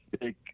big